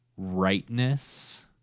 rightness